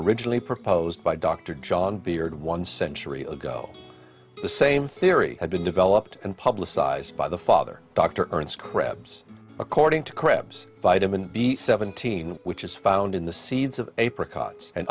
originally proposed by dr john beard one century ago the same theory had been developed and publicized by the father dr ernst krebs according to krebs vitamin b seventeen which is found in the seeds of apricot and